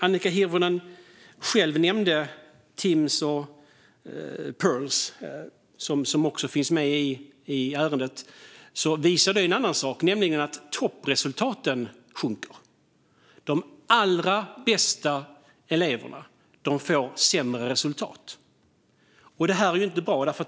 Annika Hirvonen nämnde själv Timss och Pirls, som också finns med i ärendet. De visar på en annan sak, nämligen att toppresultaten sjunker. De allra bästa eleverna får sämre resultat. Detta är inte bra.